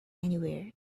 anywhere